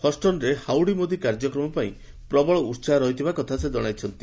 ହଷ୍ଟନ୍ରେ howdy Modi କାର୍ଯ୍ୟକ୍ରମ ପାଇଁ ପ୍ରବଳ ଉତ୍ସାହ ରହିଥିବା କଥା ସେ ଜଣାଇଛନ୍ତି